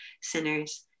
sinners